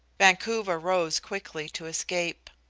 vancouver rose quickly to escape.